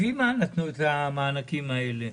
לפי מה נתנו את המענקים האלה?